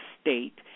state